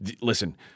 listen